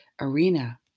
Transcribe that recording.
arena